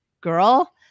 girl